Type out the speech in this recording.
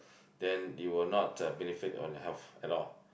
then you will not benefit from it at all